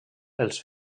els